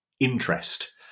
Interest